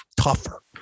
tougher